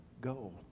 goal